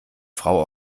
frau